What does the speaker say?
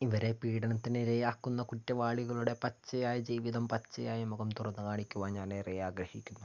ഇവരെ പീഡനത്തിനിരയാക്കുന്ന കുറ്റവാളികളുടെ പച്ചയായ ജീവിതം പച്ചയായ മുഖം തുറന്നു കാണിക്കുവാൻ ഞാൻ ഏറെ ആഗ്രഹിക്കുന്നു